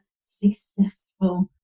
successful